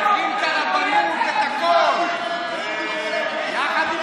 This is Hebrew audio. וחרפה, יחד עם